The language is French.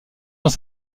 dans